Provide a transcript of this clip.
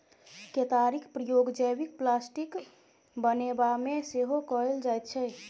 केतारीक प्रयोग जैबिक प्लास्टिक बनेबामे सेहो कएल जाइत छै